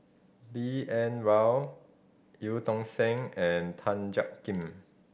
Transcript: B N Rao Eu Tong Sen and Tan Jiak Kim